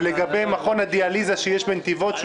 ולגבי מכון הדיאליזה שיש בנתיבות,